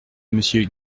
monsieur